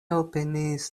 opiniis